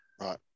Right